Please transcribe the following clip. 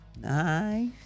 Nice